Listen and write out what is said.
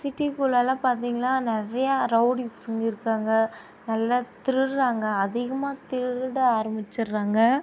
சிட்டிக்குள்ளலாம் பார்த்திங்கள்னா நிறையா ரௌடிஸ் வந்து இருக்காங்க நல்ல திருடுகிறாங்க அதிகமாக திருட ஆரம்பிச்சிடுறாங்க